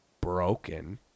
broken